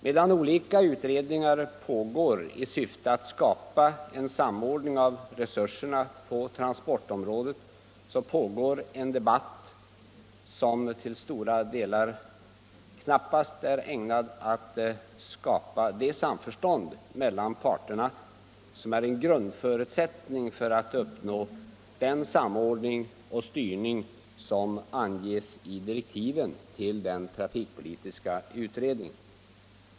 Medan olika utredningar pågår i syfte att skapa en samordning av resurserna på transportområdet, förs det en debatt som till stora delar knappast är ägnad att åstadkomma det samförstånd mellan parterna som är en grundförutsättning för att nå den samordning och styrning som anges i direktiven till den trafikpolitiska utredningen.